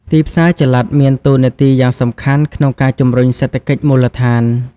ទីផ្សារចល័តមានតួនាទីយ៉ាងសំខាន់ក្នុងការជំរុញសេដ្ឋកិច្ចមូលដ្ឋាន។